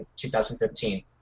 2015